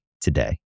today